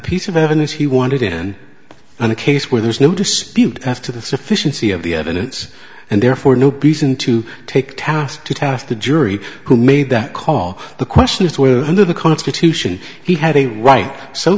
piece of evidence he wanted in on a case where there's no dispute after the sufficiency of the evidence and therefore no present to take task to task the jury who made that call the question is well under the constitution he had a right so